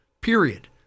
period